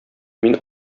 мин